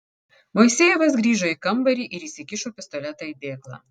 moisejevas grįžo į kambarį ir įsikišo pistoletą į dėklą